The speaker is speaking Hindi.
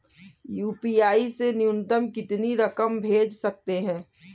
यू.पी.आई से न्यूनतम कितनी रकम भेज सकते हैं?